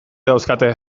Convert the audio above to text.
dauzkate